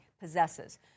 possesses